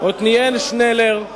עתניאל שנלר,